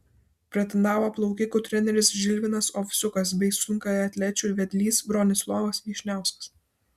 pretendavo plaukikų treneris žilvinas ovsiukas bei sunkiaatlečių vedlys bronislovas vyšniauskas